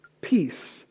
peace